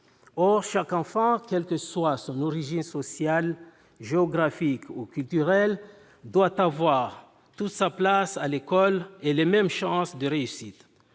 Or chaque enfant, quelle que soit son origine sociale, géographique ou culturelle, doit avoir toute sa place à l'école et les mêmes chances de réussite.